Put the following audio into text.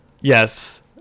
Yes